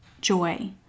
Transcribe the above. joy